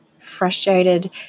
Frustrated